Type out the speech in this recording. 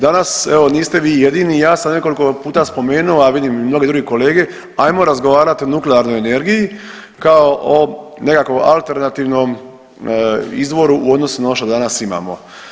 Danas evo niste vi jedini i ja sam nekoliko puto spomenu, a vidim i mnogi drugi kolege ajmo razgovarati o nuklearnoj energiji kao o nekakvom alternativnom izvoru u odnosu na ono što danas imamo.